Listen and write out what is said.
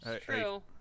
True